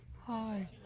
Hi